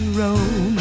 roam